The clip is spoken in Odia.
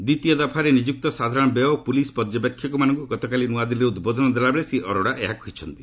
ଦ୍ଧିତୀୟ ଦଫାରେ ନିଯୁକ୍ତ ସାଧାରଣ ବ୍ୟୟ ଓ ପୁଲିସ୍ ପର୍ଯ୍ୟବେକ୍ଷକମାନଙ୍କୁ ଗତକାଲି ନୂଆଦିଲ୍ଲୀରେ ଉଦ୍ବୋଧନ ଦେଲାବେଳେ ଶ୍ରୀ ଆରୋଡା ଏହା କହିଛନ୍ତି